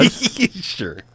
Sure